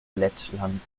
lettland